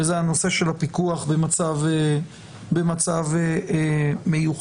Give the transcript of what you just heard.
וזה הנושא של הפיקוח במצב מיוחד.